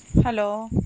hello